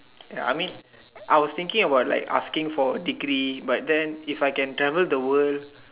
ya I mean I was thinking about like asking for degree but then if I can travel the word